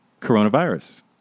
coronavirus